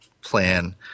plan